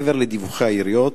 מעבר לדיווחי העיריות.